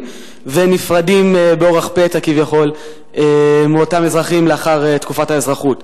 ונפרדים באורח פתע כביכול מאותם אזרחים לאחר תקופת האזרחות.